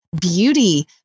beauty